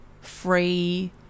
free